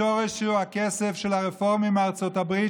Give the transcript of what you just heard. השורש הוא הכסף של הרפורמים מארצות הברית,